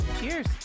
cheers